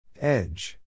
Edge